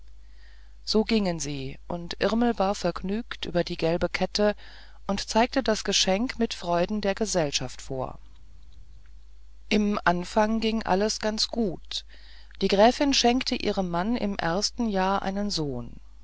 so gingen sie und irmel war vergnügt über die gelbe kette und zeigte das geschenk mit freuden der gesellschaft vor im anfang ging alles ganz gut die gräfin schenkte ihrem mann im ersten jahre einen sohn